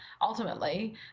Ultimately